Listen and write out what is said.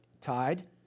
tied